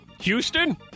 Houston